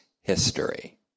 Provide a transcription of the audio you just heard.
history